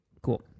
Cool